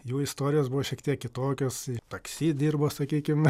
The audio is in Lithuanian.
jų istorijos buvo šiek tiek kitokios i taksi dirbo sakykim